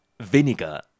Vinegar